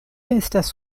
estas